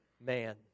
man